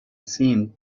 seen